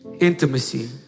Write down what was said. Intimacy